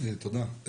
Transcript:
תודה.